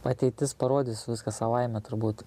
ateitis parodys viskas savaime turbūt